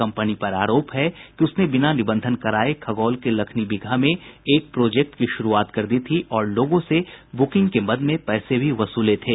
company पर आरोप है कि उसने बिना निबंधन कराये खगौल के लखनीबिगहा में एक प्रोजेक्ट की शुरूआत कर दी थी और लोगों से बुकिंग के मद में पैसे भी वसूले थे